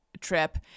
trip